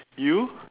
you